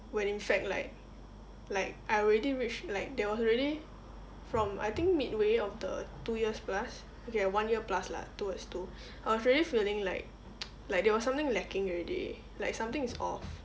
when in fact like like I already reached like there was already from I think midway of the two years plus okay one year plus lah towards two I was already feeling like like there was something lacking already like something is off